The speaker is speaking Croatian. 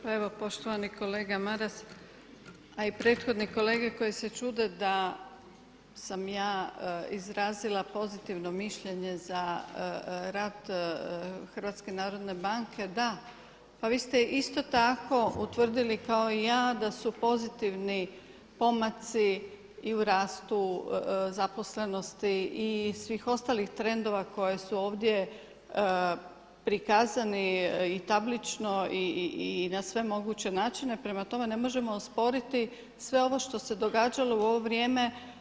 Pa evo poštovani kolega Maras, a i prethodni kolege koji se čude da sam ja izrazila pozitivno mišljenje da, pa vi ste isto tako utvrdili kao i ja da su pozitivni pomaci i u rastu zaposlenosti i svih ostalih trendova koje su ovdje prikazani i tablično i na sve moguće načine, prema tome ne možemo osporiti sve ovo što se događalo u ovo vrijeme.